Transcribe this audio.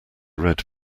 read